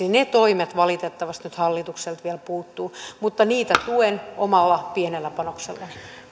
ja ne toimet valitettavasti nyt hallitukselta vielä puuttuvat mutta niitä tuen omalla pienellä panoksellani